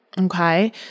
Okay